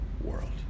world